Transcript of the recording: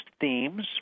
themes